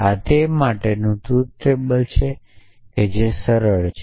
આ તેના માટેનું ટ્રુથટેબલ છે જે સરળ છે